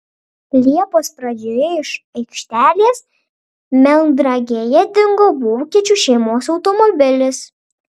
liepos pradžioje iš aikštelės melnragėje dingo vokiečių šeimos automobilis